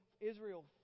Israel